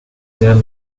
there